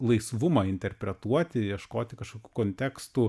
laisvumą interpretuoti ieškoti kažkokių kontekstų